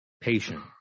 patient